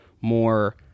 more